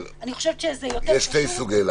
אני חושבת שיותר חשוב להתקדם כרגע.